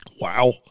Wow